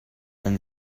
and